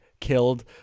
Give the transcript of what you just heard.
killed